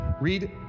Read